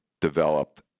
developed